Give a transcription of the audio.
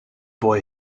boy